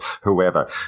whoever